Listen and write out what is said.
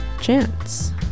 Chance